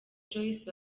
joyce